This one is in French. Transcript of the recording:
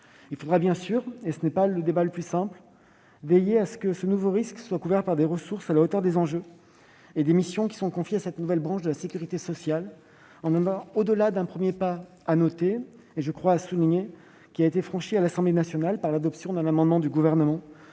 Il faudra bien sûr- le débat n'est pas simple -veiller à ce que ce nouveau risque soit couvert par des ressources à la hauteur des enjeux et des missions qui sont confiés à cette nouvelle branche de la sécurité sociale, en allant au-delà d'un premier pas notable franchi à l'Assemblée nationale grâce à l'adoption d'un amendement du Gouvernement